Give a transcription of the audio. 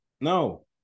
No